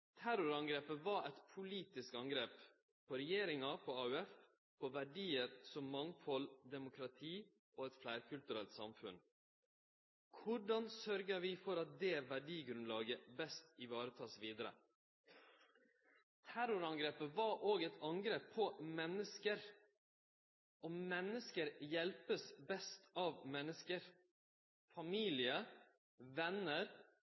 Terrorangrepet var eit politisk angrep på regjeringa, på AUF, på verdiar som mangfald, demokrati og eit fleirkulturelt samfunn. Korleis sørgjer vi for at det verdigrunnlaget best vert vareteke vidare? Terrorangrepet var òg eit angrep på menneske, og menneske vert best hjelpte av menneske: